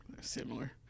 Similar